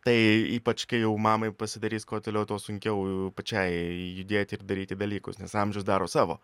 tai ypač kai jau mamai pasidarys kuo toliau tuo sunkiau pačiai judėti ir daryti dalykus nes amžius daro savo